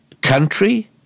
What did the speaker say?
Country